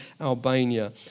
Albania